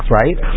right